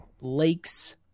lakes